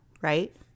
right